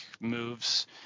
moves